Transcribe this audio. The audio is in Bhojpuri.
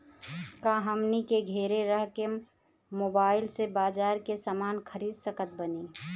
का हमनी के घेरे रह के मोब्बाइल से बाजार के समान खरीद सकत बनी?